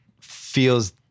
feels